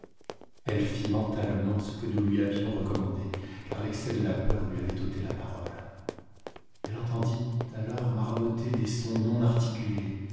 elle fit mentalement ce que nous lui avions recommandé car l'excès de la peur lui avait ôté la parole elle entendit alors marmotter des sons non